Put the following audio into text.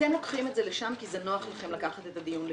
אתם לוקחים את זה לשם כי נוח לכם לקחת את הדיון לשם,